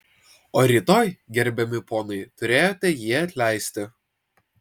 o rytoj gerbiami ponai turėjote jį atleisti